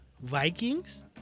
Vikings